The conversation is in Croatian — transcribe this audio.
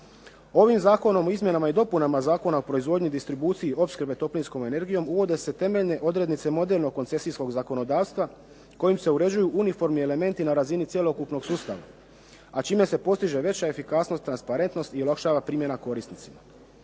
Ovim Zakonom o izmjenama i dopunama Zakona o proizvodnji i distribuciji opskrbe toplinskom energijom uvode se temeljne odrednice modernog koncesijskog zakonodavstva kojim se uređuju uniforni elementi na razini cjelokupnog sustava, a čime se postiže veća efikasnost, transparentnost i olakšava primjena korisnicima.